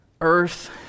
earth